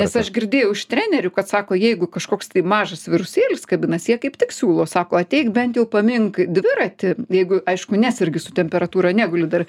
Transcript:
nes aš girdėjau iš trenerių kad sako jeigu kažkoks tai mažas virusėlis kabinasi jie kaip tik siūlo sako ateik bent jau pamink dviratį jeigu aišku nesergi su temperatūra neguli dar